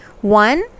one